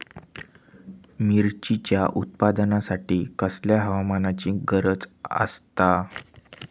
मिरचीच्या उत्पादनासाठी कसल्या हवामानाची गरज आसता?